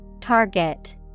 Target